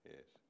Yes